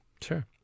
Sure